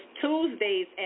Tuesdays